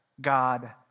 God